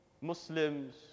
muslims